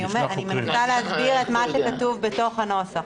אני מנסה להסביר מה שכתוב בתוך הנוסח.